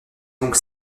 donc